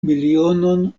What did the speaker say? milionon